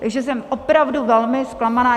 Takže jsem opravdu velmi zklamaná.